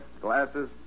glasses